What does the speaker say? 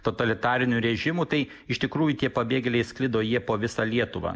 totalitarinių režimų tai iš tikrųjų tie pabėgėliai sklido jie po visą lietuvą